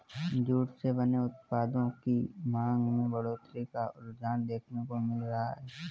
jute से बने उत्पादों की मांग में बढ़ोत्तरी का रुझान देखने को मिल रहा है